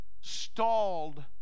stalled